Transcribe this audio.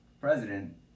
president